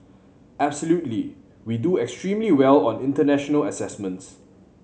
absolutely we do extremely well on international assessments